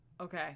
Okay